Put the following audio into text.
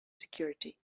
security